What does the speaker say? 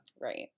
Right